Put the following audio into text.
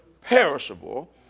perishable